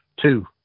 Two